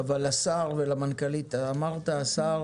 כבוד השר, דיברת על